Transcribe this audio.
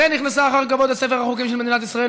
ונכנסה אחר כבוד לספר החוקים של מדינת ישראל.